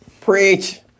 Preach